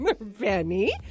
Benny